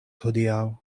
hodiaŭ